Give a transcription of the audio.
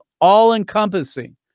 all-encompassing